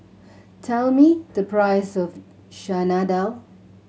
tell me the price of Chana Dal